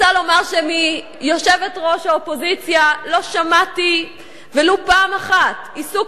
אני רוצה לומר שמיושבת-ראש האופוזיציה לא שמעתי ולו פעם אחת עיסוק